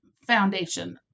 Foundation